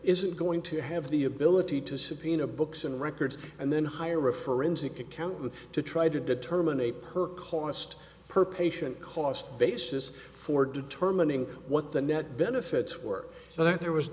isn't going to have the ability to subpoena books and records and then hire a forensic accountant to try to determine a per cost per patient cost basis for determining what the net benefits were so that there was